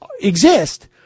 exist